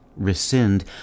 Rescind